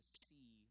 see